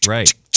Right